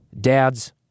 dad's